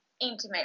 intimate